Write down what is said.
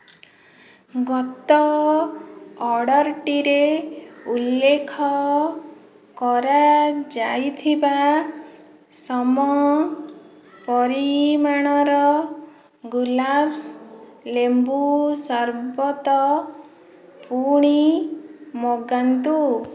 ଗତ ଅର୍ଡ଼ର୍ଟିରେ ଉଲ୍ଲେଖ କରାଯାଇଥିବା ସମପରିମାଣର ଗୁଲାବ୍ସ ଲେମ୍ବୁ ସରବତ ପୁଣି ମଗାନ୍ତୁ